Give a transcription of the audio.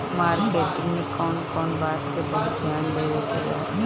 Marketing मे कौन कौन बात के बहुत ध्यान देवे के बा?